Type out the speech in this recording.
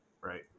right